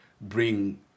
bring